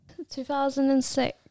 2006